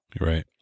Right